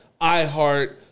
iHeart